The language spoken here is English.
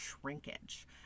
Shrinkage